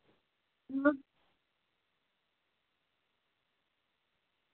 अं